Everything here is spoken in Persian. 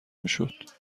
میشد